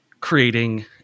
creating